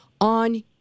on